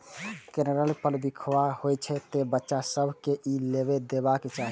कनेरक फर बिखाह होइ छै, तें बच्चा सभ कें ई नै लेबय देबाक चाही